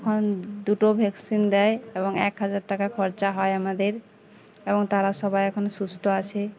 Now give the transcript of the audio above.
এখন দুটো ভ্যাকসিন দেয় এবং এক হাজার টাকা খরচা হয় আমাদের এবং তারা সবাই এখন সুস্থ আছে